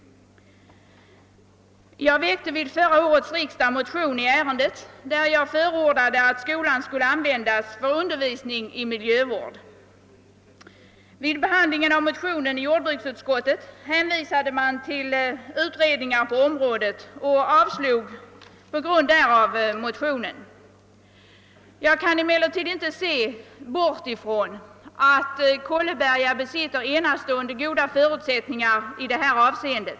Jag väckte vid förra årets riksdag en motion i ärendet, vari jag förordade att skolan skulle användas för undervisning i miljövård. Vid behandlingen av motionen i jordbruksutskottet hänvisade man till utredningar på området och avstyrkte motionen. Jag kan emellertid inte se bort ifrån att Kolleberga besitter enastående goda förutsättningar i detta avseende.